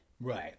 Right